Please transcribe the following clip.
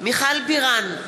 מיכל בירן,